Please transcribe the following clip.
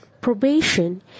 probation